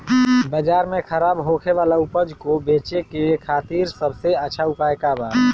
बाजार में खराब होखे वाला उपज को बेचे के खातिर सबसे अच्छा उपाय का बा?